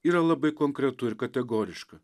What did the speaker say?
yra labai konkretu ir kategoriška